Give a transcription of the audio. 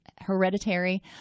hereditary